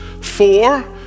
Four